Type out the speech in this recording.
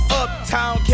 uptown